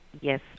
Yes